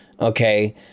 Okay